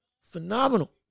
phenomenal